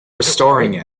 restoring